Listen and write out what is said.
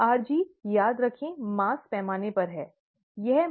rg याद रखें mass पैमाने पर है है ना